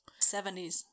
70s